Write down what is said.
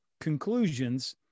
conclusions